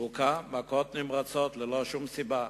והוכה מכות נמרצות, ללא שום סיבה.